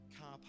car